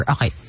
Okay